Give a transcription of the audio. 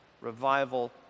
Revival